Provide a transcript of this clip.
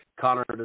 Connor